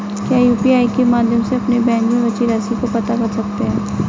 क्या यू.पी.आई के माध्यम से अपने बैंक में बची राशि को पता कर सकते हैं?